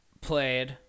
played